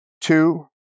Two